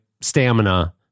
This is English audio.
stamina